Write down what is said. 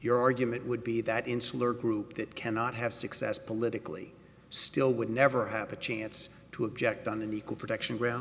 your argument would be that insular group that cannot have success politically still would never happen chance to object on an equal protection ground